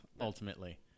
ultimately